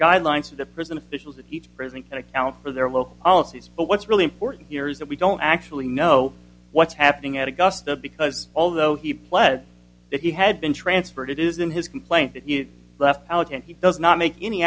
guidelines for the prison officials at each prison and account for their local policies but what's really important here is that we don't actually know what's happening at augusta because although he pled that he had been transferred it is in his complaint that you left out and he does not make any